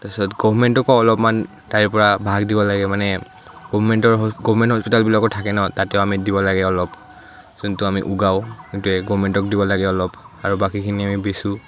তাৰ পিছত গভমেণ্টকো অলমান তাৰেপৰা ভাগ দিব লাগে মানে গভমেণ্টৰ গভমেণ্টৰ হস্পিতালবিলাকো থাকে ন তাতো আমি দিব লাগে অলপ যোনটো আমি ওগাওঁ যোনটো এই গভমেণ্টক দিব লাগে অলপ আৰু বাকীখিনি আমি বেচোঁ